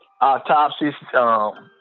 autopsy